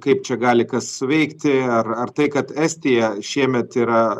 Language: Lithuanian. kaip čia gali kas suveikti ar ar tai kad estija šiemet yra